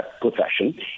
profession